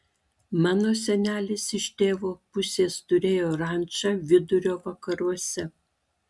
mano senelis iš tėvo pusės turėjo rančą vidurio vakaruose